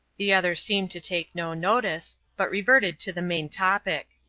the other seemed to take no notice, but reverted to the main topic.